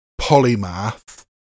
polymath